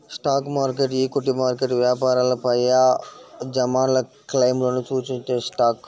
stock market, equity market వ్యాపారాలపైయాజమాన్యక్లెయిమ్లను సూచించేస్టాక్